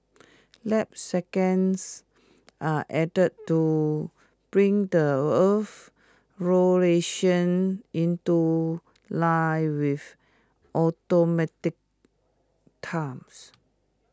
leap seconds are added to bring the Earth's rotation into line with automatic times